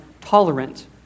tolerant